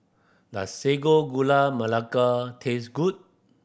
does Sago Gula Melaka taste good